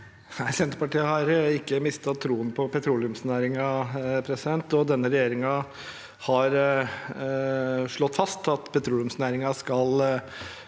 Senterpartiet har ikke mistet troen på petroleumsnæringen, og denne regjeringen har slått fast at petroleumsnæringen skal